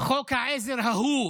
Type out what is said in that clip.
חוק העזר ההוא